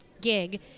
gig